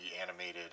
animated